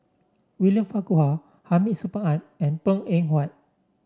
William Farquhar Hamid Supaat and Png Eng Huat